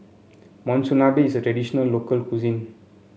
Monsunabe is a traditional local cuisine